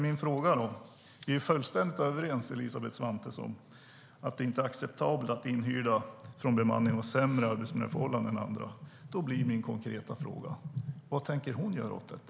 Vi är fullständigt överens, Elisabeth Svantesson, om att det inte är acceptabelt att inhyrda från bemanningsbranschen har sämre arbetsmiljöförhållanden än andra. Då blir min konkreta fråga: Vad tänker Elisabeth Svantesson göra åt detta?